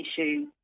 issue